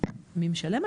מי משלם?